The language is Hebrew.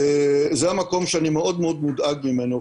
זה המקום שאני מאוד מודאג ממנו,